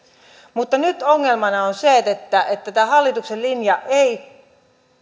mutta nyt ongelmana on se että että tämä hallituksen linja ei